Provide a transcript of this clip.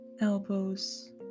elbows